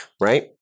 right